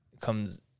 comes